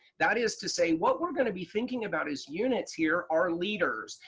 that is to say what we're going to be thinking about as units here are leaders,